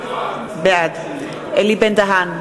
בעד אלי בן-דהן,